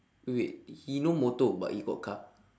wait wait he no motor but he got car